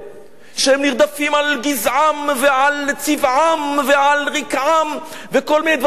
שהם נרדפים על גזעם ועל צבעם ועל רקעם וכל מיני דברים שלא היו,